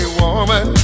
woman